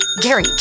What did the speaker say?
Gary